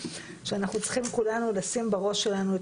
שאנחנו צריכים כולנו לשים בראש שלנו את